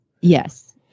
Yes